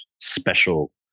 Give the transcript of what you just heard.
special